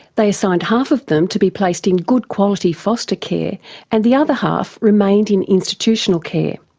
they assigned half of them to be placed in good quality foster care and the other half remained in institutional care.